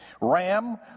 Ram